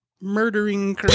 murdering